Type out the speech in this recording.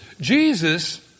Jesus